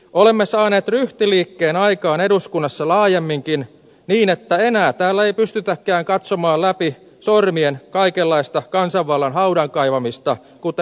olemme saaneet ryhtiliikkeen aikaan eduskunnassa laajemminkin niin että enää täällä ei pystytäkään katsomaan läpi sormien kaikenlaista kansanvallan haudan kaivamista kuten ennen